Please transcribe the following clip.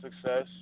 success